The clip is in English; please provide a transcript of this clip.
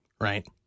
right